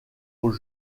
aux